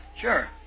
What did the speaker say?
Sure